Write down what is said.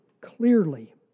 clearly